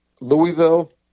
Louisville